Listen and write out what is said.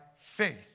faith